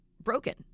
broken